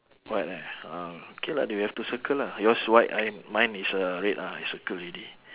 white leh ah okay lah then we have to circle lah yours white I am mine is uh red ah I circle already